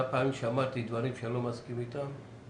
כמה פעמים שמעתי דברים שאני לא מסכים איתם.